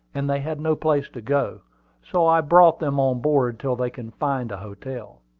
and they had no place to go so i brought them on board till they can find a hotel.